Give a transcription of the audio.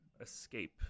escape